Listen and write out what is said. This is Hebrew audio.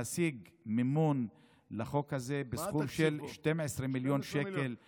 להשיג מימון לחוק הזה בסכום של 12 מיליון שקל בשנה.